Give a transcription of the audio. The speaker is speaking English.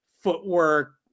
footwork